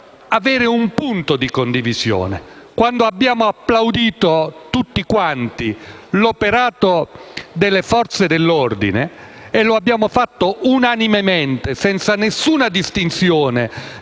avere un punto di condivisione quando abbiamo applaudito tutti quanti l'operato delle Forze dell'ordine (ripeto: lo abbiamo fatto unanimemente, senza alcuna distinzione